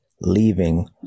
leaving